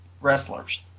wrestlers